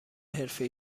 حرفه